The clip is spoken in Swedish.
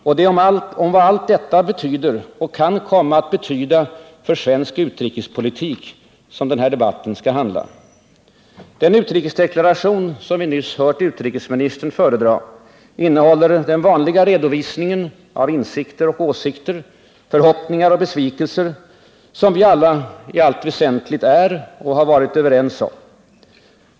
Och det är om vad allt detta betyder och kan komma att betyda för svensk utrikespolitik som dagens debatt skall handla. Den utrikesdeklaration som vi nyss hört utrikesministern föredra innehåller den vanliga redovisningen av insikter och åsikter, förhoppningar och besvikelser, som vi alla i allt väsentligt är och har varit överens om.